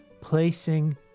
placing